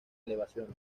elevaciones